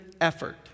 effort